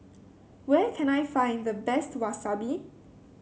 where can I find the best Wasabi